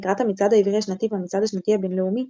לקראת המצעד העברי השנתי והמצעד השנתי הבינלאומי,